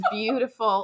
beautiful